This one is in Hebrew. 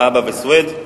והבה וסוייד,